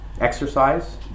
exercise